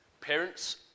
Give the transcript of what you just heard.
Parents